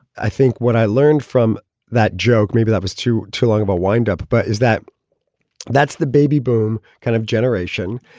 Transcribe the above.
i think what i learned from that joke, maybe that was too too long about wind up. but is that that's the baby boom kind of generation.